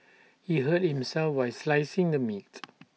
he hurt himself while slicing the meat